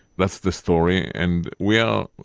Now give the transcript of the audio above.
that's the story. and we are,